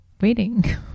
waiting